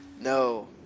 no